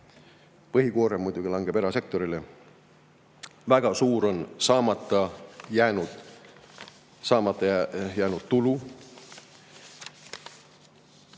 Põhikoorem muidugi langeb erasektorile. Väga suur on saamata jääv tulu.